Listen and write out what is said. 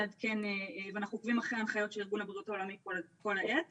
עדכון של משרד הבריאות על תחלואת הקורונה